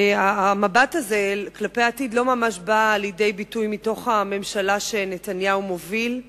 המבט הזה כלפי העתיד לא ממש בא לידי ביטוי מתוך הממשלה שנתניהו מוביל.